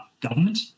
government